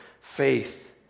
faith